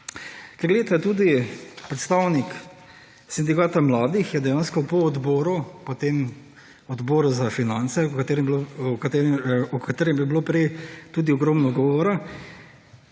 je tudi predstavnik sindikata mladih je dejansko po odboru, po tem Odboru za finance, o katerem je bilo prej tudi ogromno govora,